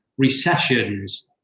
recessions